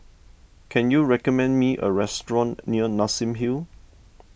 can you recommend me a restaurant near Nassim Hill